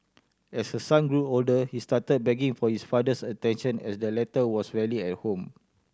as her son grew older he started begging for its father's attention as the latter was rarely at home